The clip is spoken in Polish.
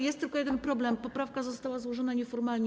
Jest tylko jeden problem: poprawka została złożona nieformalnie.